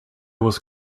was